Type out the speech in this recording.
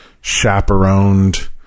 chaperoned